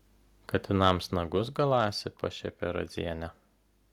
katinams nagus galąsi pašiepė radzienę